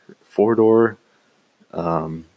four-door